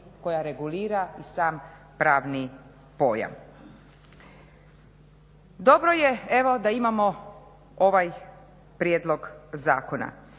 koja regulira i sam pravni pojam. Dobro je evo da imamo ovaj prijedlog zakona